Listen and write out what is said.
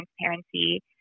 transparency